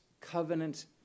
covenant